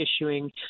issuing